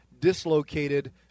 dislocated